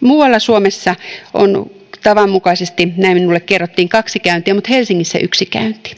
muualla suomessa on tavanmukaisesti näin minulle kerrottiin kaksi käyntiä mutta helsingissä yksi käynti